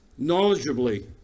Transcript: knowledgeably